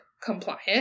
compliant